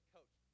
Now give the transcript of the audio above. Coach